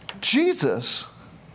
Jesus